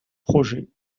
projet